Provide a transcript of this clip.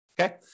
Okay